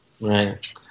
Right